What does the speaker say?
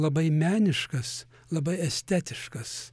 labai meniškas labai estetiškas